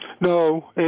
No